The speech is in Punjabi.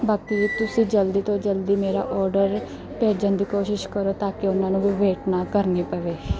ਬਾਕੀ ਤੁਸੀਂ ਜਲਦੀ ਤੋਂ ਜਲਦੀ ਮੇਰਾ ਔਡਰ ਭੇਜਣ ਦੀ ਕੋਸ਼ਿਸ਼ ਕਰੋ ਤਾਂ ਕਿ ਉਹਨਾਂ ਨੂੰ ਵੀ ਵੇਟ ਨਾ ਕਰਨੀ ਪਵੇ